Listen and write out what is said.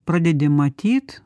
pradedi matyt